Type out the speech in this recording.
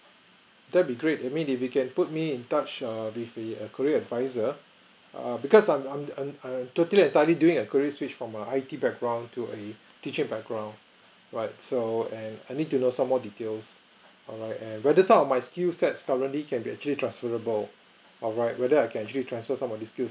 that be great I mean if you can put me in touch err with the career advisor err because I'm I'm I'm err totally I entirely doing a career switch from my I_T background to a teaching background right so and I need to know some more details alright and whether some of my skill sets currently can be actually transferable alright whether I can actually transfer some of the skills